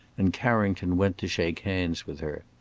and carrington went to shake hands with her.